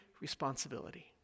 responsibility